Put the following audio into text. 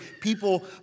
People